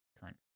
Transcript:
current